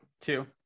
Two